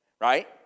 Right